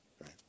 Right